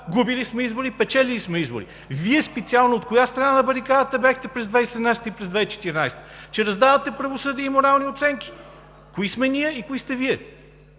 губили сме избори, печелили сме избори. Вие специално от коя страна на барикадата бяхте през 2017 г. и през 2014 г., че раздавате правосъдие и морални оценки? Кои сме ние и кои сте Вие?